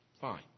fine